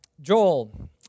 Joel